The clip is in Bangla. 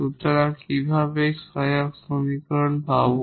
সুতরাং কিভাবে এই অক্সিলিয়ারি সমীকরণ পাবো